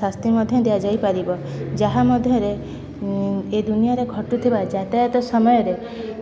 ଶାସ୍ତି ମଧ୍ୟ ଦିଆଯାଇପାରିବ ଯାହା ମଧ୍ୟରେ ଏ ଦୁନିଆରେ ଘଟୁଥିବା ଯାତାୟାତ ସମୟରେ